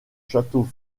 château